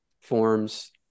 forms